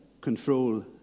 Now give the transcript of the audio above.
control